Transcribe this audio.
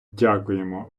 дякуємо